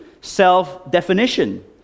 self-definition